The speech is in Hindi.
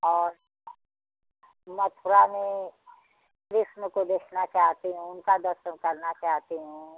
और मथुरा में कृष्ण को देखना चाहती हूँ उनका दर्शन करना चाहती हूँ